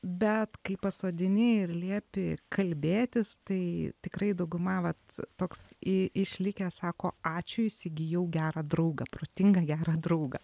bet kai pasodini ir liepi kalbėtis tai tikrai dauguma vat toks išlikęs sako ačiū įsigijau gerą draugą protingą gerą draugą